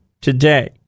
today